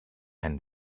and